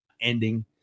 ending